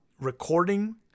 recording